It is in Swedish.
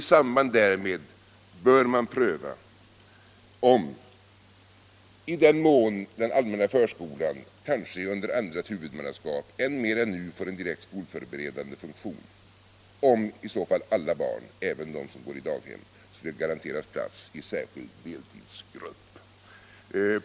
I samband därmed bör man pröva om den allmänna förskolan, kanske under annat huvudmannaskap, mer än nu får en direkt skolförberedande funktion samt om i så fall alla barn, även de som vistas på daghem, bör garanteras plats i särskild deltidsgrupp.